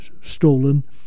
stolen